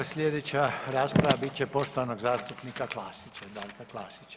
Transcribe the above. Sljedeća rasprava bit će poštovanog zastupnika Klasića.